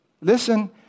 listen